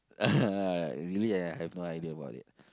really I have no idea about it